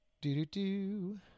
Do-do-do